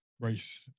race